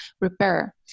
repair